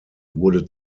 wurde